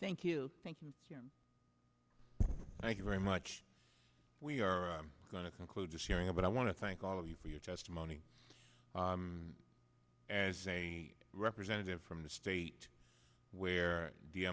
thank you thank you thank you very much we are going to conclude just hearing about i want to thank all of you for your testimony as a representative from the state where the